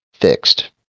fixed